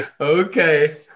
Okay